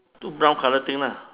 two brown colour thing lah